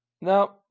No